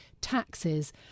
taxes